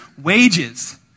wages